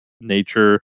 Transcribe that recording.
nature